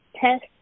Test